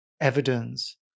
evidence